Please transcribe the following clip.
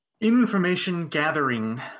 information-gathering